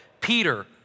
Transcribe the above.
Peter